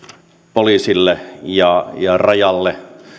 poliisille ja ja rajalle